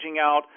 out